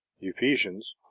ephesians